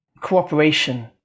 cooperation